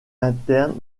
internes